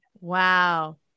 Wow